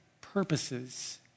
purposes